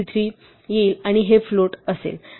33 येईल आणि हे फ्लोट असेल